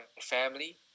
family